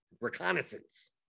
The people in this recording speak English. reconnaissance